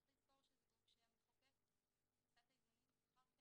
צריך לזכור שזה גוף שהמחוקק עשה את האיזונים ואמר שהוא סומך.